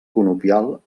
conopial